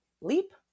leap